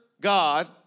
God